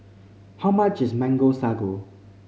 how much is Mango Sago